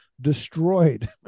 destroyed